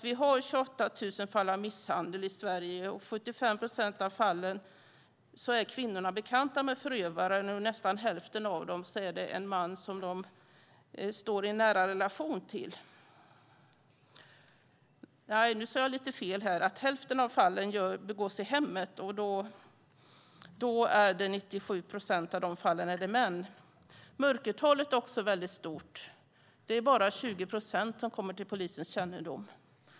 Vi har 28 000 fall av misshandel i Sverige, i 75 procent av fallen är kvinnorna bekanta med förövaren. I nästan hälften av fallen begås våldet i hemmet. I 97 procent av fallen är förövaren man. Mörkertalet är väldigt stort. Det är bara 20 procent som kommer till polisens kännedom.